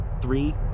Three